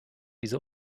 diese